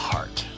Heart